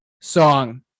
song